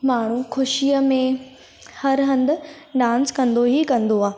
माण्हू ख़ुशीअ में हर हंधि डांस कंदो ई कंदो आहे